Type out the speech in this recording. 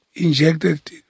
injected